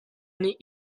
nih